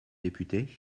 député